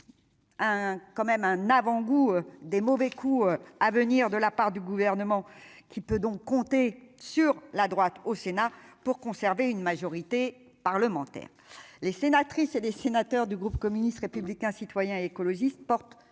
un quand même un avant-goût des mauvais coups à venir de la part du gouvernement, qui peut donc compter sur la droite au Sénat pour conserver une majorité parlementaire les sénatrices et les sénateurs du groupe communiste, républicain, citoyen et écologiste porte,